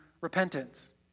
repentance